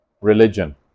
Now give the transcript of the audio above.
religion